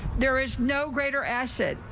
there is no greater ashes.